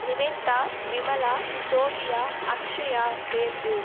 Nivetha Vimala Sophia Akshaya Vembu